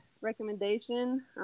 recommendation –